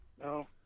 no